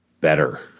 better